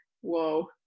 whoa